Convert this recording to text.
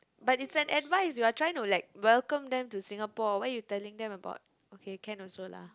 but is an advice you are trying to like welcome them to Singapore why you telling them about okay can also lah